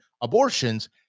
abortions